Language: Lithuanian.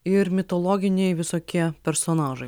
ir mitologiniai visokie personažai